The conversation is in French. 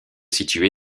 situé